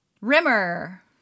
rimmer